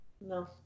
No